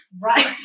Right